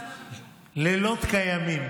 לילות כימים,